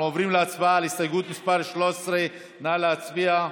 אנחנו עוברים להצבעה על הסתייגות מס' 13. נא להצביע.